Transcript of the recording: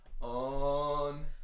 on